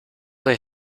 they